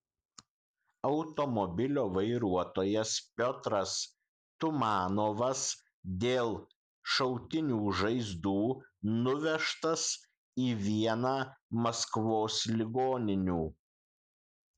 automobilio vairuotojas piotras tumanovas dėl šautinių žaizdų nuvežtas į vieną maskvos ligoninių